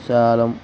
Salem